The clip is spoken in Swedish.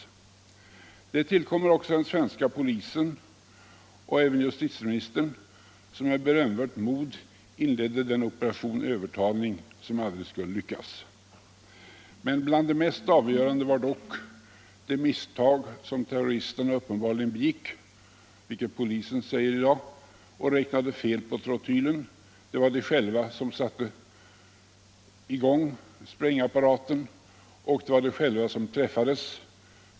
Förtjänsten tillkommer också den svenska polisen och justitieministern, som med berömvärt mod inledde den operation övertalning som aldrig skulle lyckas. Bland det mest avgörande var dock det misstag som terroristerna uppenbarligen begick — det säger polisen i dag — när de räknade fel på trotylens effekt. Det var de själva som satte i gång sprängapparaten, och det var de själva som träffades.